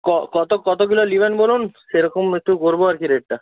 কত কত কিলো নেবেন বলুন সেরকম একটু করবো আর কী রেটটা